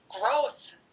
growth